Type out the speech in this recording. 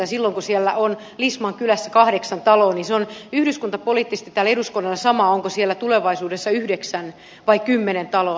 silloin kun siellä on lisman kylässä kahdeksan taloa se on yhdyskuntapoliittisesti täällä eduskunnalle sama onko siellä tulevaisuudessa yhdeksän vai kymmenen taloa